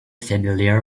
familiar